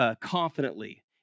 confidently